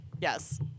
Yes